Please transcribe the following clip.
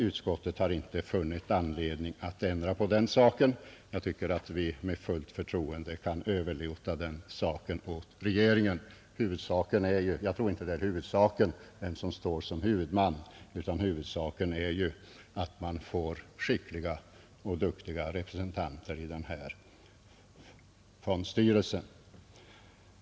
Utskottet har inte funnit anledning ändra på den saken, Jag tycker att vi med fullt förtroende kan överlåta det uppdraget på regeringen. Huvudsaken är väl inte vem som står som huvudman, utan den är att man får skickliga och duktiga representanter i fondstyrelsen.